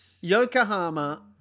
Yokohama